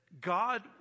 God